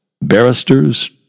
Barristers